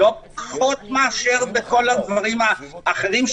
לא פחות מאשר בכל הדברים האחרים,